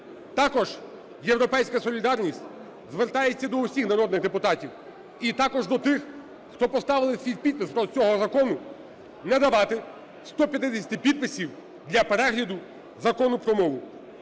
Також "Європейська солідарність" звертається до усіх народних депутатів і також до тих, хто поставив свій підпис до цього закону, не давати 150 підписів для перегляду Закону про мову.